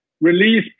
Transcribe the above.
release